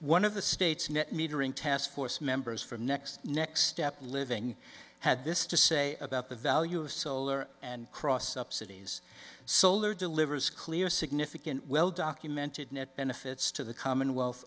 one of the state's net metering taskforce members for next next step living had this to say about the value of solar and cross subsidies solar delivers clear significant well documented net benefits to the commonwealth